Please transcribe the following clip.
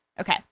Okay